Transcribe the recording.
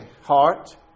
heart